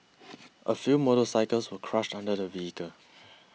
a few motorcycles were crushed under the vehicle